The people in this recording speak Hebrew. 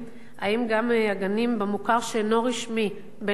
האם גם הגנים במוכר שאינו רשמי בלמ"ס 1,